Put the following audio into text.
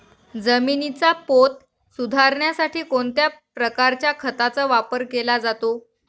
जमिनीचा पोत सुधारण्यासाठी कोणत्या प्रकारच्या खताचा वापर केला जातो?